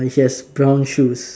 yes brown shoes